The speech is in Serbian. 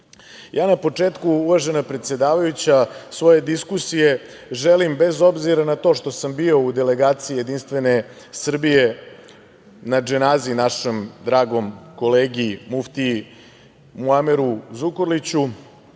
početku, uvažena predsedavajuća, svoje diskusije želim, bez obzira na to što sam bio u delegaciji JS na dženazi našem dragom kolegi muftiji Muameru Zukorliću,